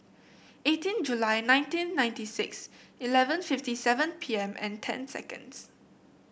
eighteen July nineteen ninety six eleven fifty seven P M and ten seconds